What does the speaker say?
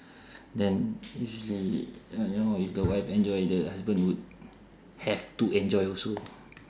then usually you know you know if the wife enjoy the husband would have to enjoy also